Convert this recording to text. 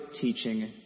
teaching